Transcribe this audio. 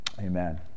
Amen